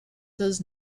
does